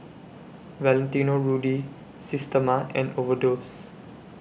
Valentino Rudy Systema and Overdose